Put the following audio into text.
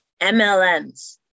MLMs